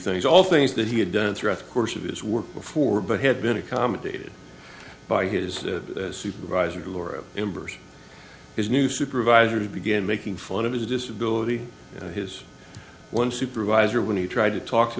things all things that he had done throughout the course of his work before but had been accommodated by his supervisor laura embers his new supervisor to begin making fun of his disability his one supervisor when he tried to talk to